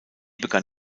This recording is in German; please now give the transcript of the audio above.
begann